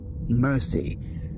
mercy